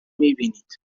میبینید